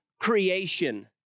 creation